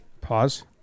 Pause